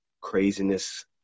craziness